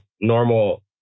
normal